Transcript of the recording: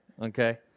okay